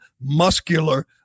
muscular